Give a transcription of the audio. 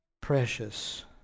precious